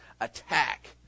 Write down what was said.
attack